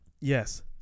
Yes